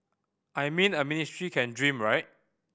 I mean a ministry can dream right